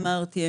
אמרתי,